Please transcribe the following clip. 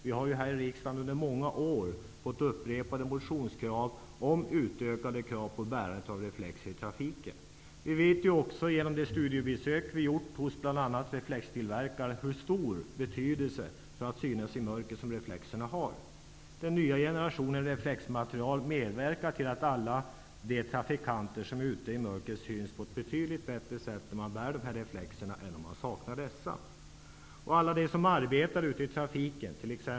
Vi har ju här i riksdagen i många år fått upprepade motioner om utökade krav på bärandet av reflexer i trafiken. Genom de studiebesök som vi har gjort hos bl.a. reflextillverkare vet vi hur stor betydelse reflexerna har för att man skall synas i mörkret. Den nya generationen reflexmaterial medverkar till att alla trafikanter som är ute i mörker syns betydligt bättre om de bär reflexer än om de saknar sådana.